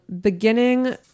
beginning